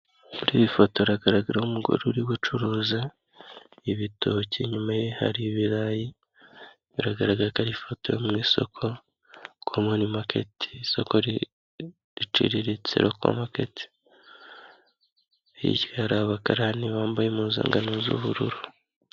Iyi foto igaragaramo umugore uri gucuruza ibitoki, inyuma ye hari ibirayi, bigaragaza ko ari ifoto mu isoko komoni maketi, isoko riciriritse roko maketi hirya hari abakarani bambaye impuzangano.